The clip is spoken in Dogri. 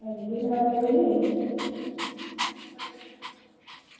अंजी नमस्ते जी